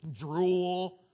drool